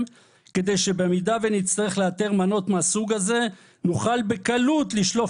כדי שבמידה שנצטרך לאתר מנות מהסוג הזה נוכל בקלות לשלוף